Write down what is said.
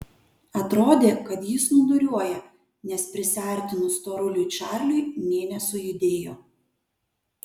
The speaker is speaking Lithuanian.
atrodė kad jis snūduriuoja nes prisiartinus storuliui čarliui nė nesujudėjo